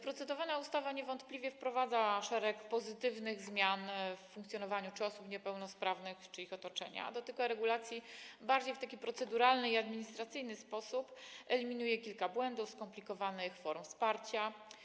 Procedowana ustawa niewątpliwie wprowadza szereg pozytywnych zmian w funkcjonowaniu osób niepełnosprawnych czy ich otoczenia, a dotyka regulacji bardziej w taki proceduralny i administracyjny sposób, eliminuje kilka błędów w skompilowanych formach wsparcia.